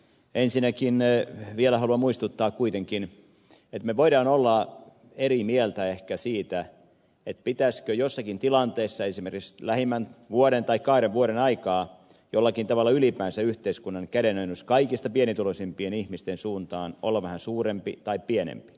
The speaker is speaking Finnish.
ensinnäkin vielä haluan muistuttaa kuitenkin että me voimme olla eri mieltä ehkä siitä pitäisikö jossakin tilanteessa esimerkiksi lähimmän vuoden tai kahden vuoden aikana jollakin tavalla ylipäänsä yhteiskunnan kädenojennuksen kaikista pienituloisimpien ihmisten suuntaan olla vähän suurempi tai pienempi